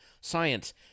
science